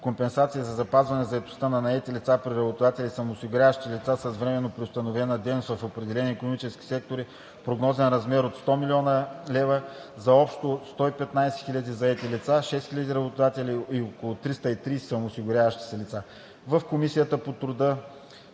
компенсации за запазване заетостта на наети лица при работодатели и самоосигуряващи се лица с временно преустановена дейност в определени икономически сектори в прогнозен размер от 100 млн. лв. за общо около 115 000 заети лица, 6000 работодатели и около 330 самоосигуряващи се лица. В Комисията бяха